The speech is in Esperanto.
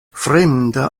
fremda